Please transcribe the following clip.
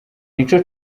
nico